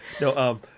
No